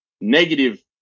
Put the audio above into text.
negative